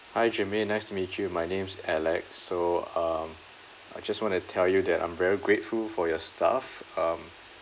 hi germaine nice to meet you my name's alex so um I just want to tell you that I'm very grateful for your staff um